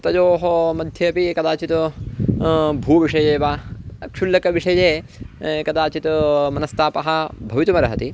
तयोः मध्ये अपि कदाचित् भूविषये वा क्षुल्लकविषये कदाचित् मनस्तापः भवितुमर्हति